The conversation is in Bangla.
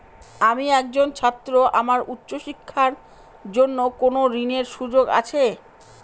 আমি একজন ছাত্র আমার উচ্চ শিক্ষার জন্য কোন ঋণের সুযোগ আছে?